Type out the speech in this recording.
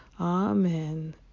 amen